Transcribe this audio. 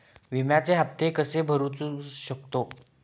विम्याचे हप्ते कसे भरूचो शकतो?